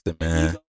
man